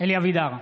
אלי אבידר,